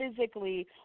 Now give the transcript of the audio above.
physically